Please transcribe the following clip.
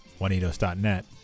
Juanitos.net